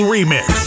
Remix